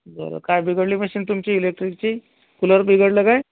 बरं काय बिघडली मशीन तुमची इलेक्ट्रिकची कूलर बिघडलं काय